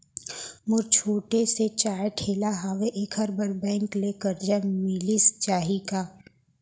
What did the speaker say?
मोर छोटे से चाय ठेला हावे एखर बर बैंक ले करजा मिलिस जाही का?